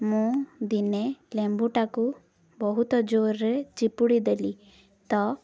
ମୁଁ ଦିନେ ଲେମ୍ବୁଟାକୁ ବହୁତ ଜୋର୍ରେ ଚିପୁଡ଼ି ଦେଲି ତ